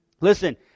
Listen